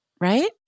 right